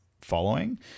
following